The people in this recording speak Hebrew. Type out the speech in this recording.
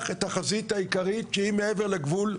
את החזית העיקרית שהיא מעבר לגבול,